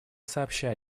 сообща